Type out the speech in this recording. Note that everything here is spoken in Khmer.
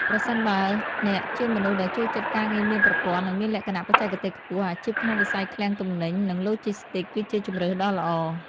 ប្រសិនបើអ្នកជាមនុស្សដែលចូលចិត្តការងារមានប្រព័ន្ធ និងមានលក្ខណៈបច្ចេកទេសខ្ពស់ អាជីពក្នុងវិស័យឃ្លាំងទំនិញ និងឡូជីស្ទីកគឺជាជម្រើសដ៏ល្អ។